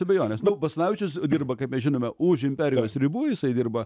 abejonės nu basanavičius dirba kaip mes žinome už imperijos ribų jisai dirba